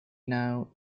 now